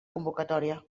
convocatòria